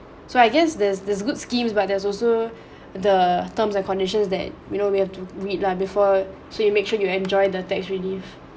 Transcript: so I guess there's there's good schemes but there's also the terms and conditions that you know we have to read lah before so you make sure you enjoy the tax relief